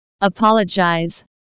Apologize